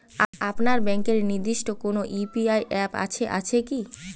আপনার ব্যাংকের নির্দিষ্ট কোনো ইউ.পি.আই অ্যাপ আছে আছে কি?